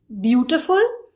beautiful